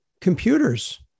computers